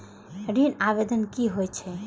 ऋण आवेदन की होय छै?